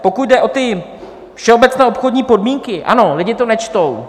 Pokud jde o ty všeobecné obchodní podmínky: ano, lidi to nečtou.